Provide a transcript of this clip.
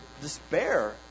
despair